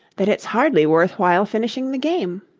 that it's hardly worth while finishing the game